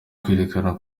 kwerekana